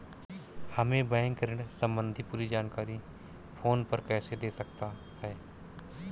हमें बैंक ऋण संबंधी पूरी जानकारी फोन पर कैसे दे सकता है?